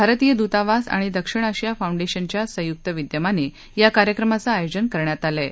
भारतीय दूतावास आणि दक्षिण आशिया फाऊंडेशनच्या संयुक विद्यमाने या कार्यक्रमाचं आयोजन करण्यात आलं आहे